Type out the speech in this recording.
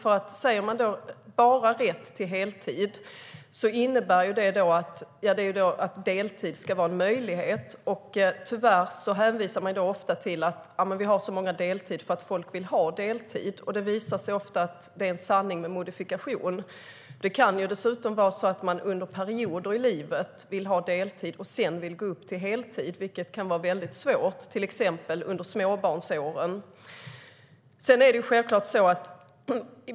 Om man bara uttalar en rätt till heltid innebär det att deltid ska vara en möjlighet. Tyvärr hänvisar man ofta till att det finns så många med deltid därför att folk vill ha deltid. Det har ofta visat sig vara en sanning med modifikation. Det kan vara så att anställda under perioder av livet, till exempel småbarnsåren, vill ha deltid för att sedan gå upp till heltid, vilket kan vara svårt.